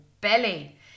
belly